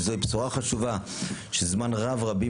שזו בשורה חשובה שרבים ציפו לה זמן רב,